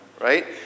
Right